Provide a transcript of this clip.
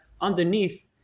underneath